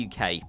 UK